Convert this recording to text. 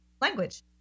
language